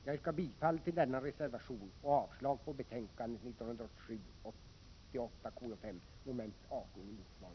Jag yrkar bifall till denna reservation och avslag på hemställan i betänkande 1987/88:5 mom. 18i motsvarande del.